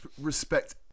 respect